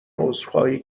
عذرخواهی